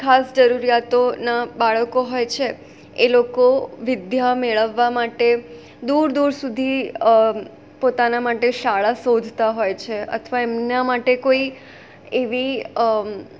ખાસ જરૂરિયાતોના બાળકો હોય છે એ લોકો વિદ્યા મેળવવા માટે દૂર દૂર સુધી પોતાના માટે શાળા શોધતા હોય છે અથવા એમના માટે કોઈ એવી